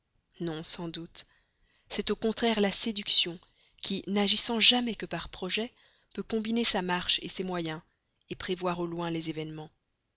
non sans doute c'est au contraire la séduction qui n'agissant jamais que par projet peut combiner sa marche ses moyens prévoir au loin les événements